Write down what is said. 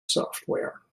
software